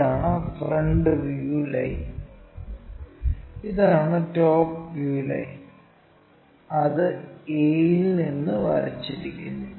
ഇതാണ് front view line ഇതാണ് top view line അത് a നിന്ന് വരച്ചിരിക്കുന്നു